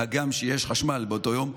הגם שיש חשמל באותו יום.